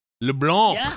LeBlanc